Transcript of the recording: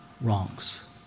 wrongs